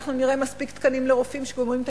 אנחנו נראה מספיק תקנים לרופאים שגומרים את